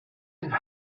and